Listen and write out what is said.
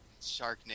Sharknado